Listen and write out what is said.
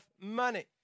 money